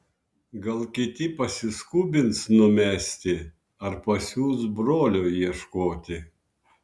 gal kiti pasiskubins numesti ar pasiųs brolio ieškoti